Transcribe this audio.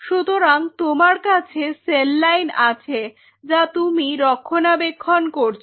সুতরাং তোমার কাছে সেল লাইন আছে যা তুমি রক্ষণাবেক্ষণ করছো